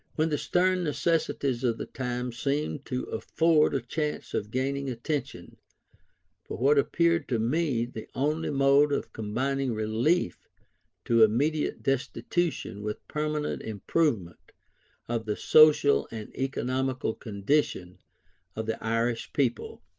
when the stern necessities of the time seemed to afford a chance of gaining attention for what appeared to me the only mode of combining relief to immediate destitution with permanent improvement of the social and economical condition of the irish people.